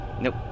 Nope